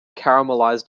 caramelized